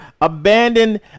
abandoned